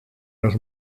nos